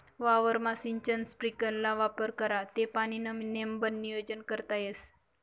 वावरमा सिंचन स्प्रिंकलरना वापर करा ते पाणीनं नेमबन नियोजन करता येस